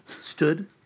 Stood